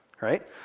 right